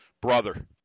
brother